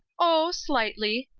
oh, slightly.